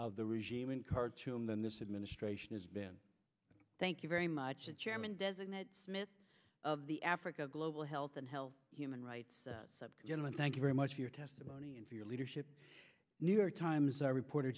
of the regime in khartoum than this administration has been thank you very much the chairman designate smith of the africa global health and health human rights gentlemen thank you very much for your testimony and for your leadership new york times our reporter